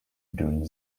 during